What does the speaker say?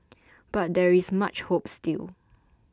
but there is much hope still